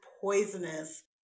poisonous